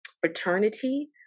fraternity